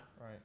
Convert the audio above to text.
right